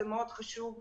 זה מאוד חשוב.